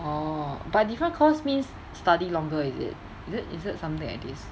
orh but different course means study longer is it is it is it something like this